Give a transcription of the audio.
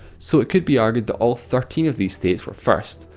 so it could be argued that all thirteen of these states were first,